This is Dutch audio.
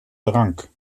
drank